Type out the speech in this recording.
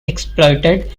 exploited